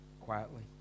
quietly